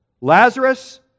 Lazarus